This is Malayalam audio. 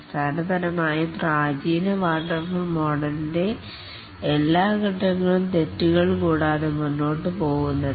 അടിസ്ഥാനപരമായി പ്രാചീന വാട്ടർഫാൾ മോഡലിൻ്റെ മാതൃകയാണ് എല്ലാ ഫേസ് ങ്ങളും തെറ്റുകൾ കൂടാതെ മുന്നോട്ടുപോകുന്നത്